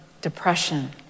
depression